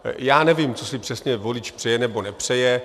Já nevím, co si přesně volič přeje nebo nepřeje.